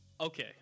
Okay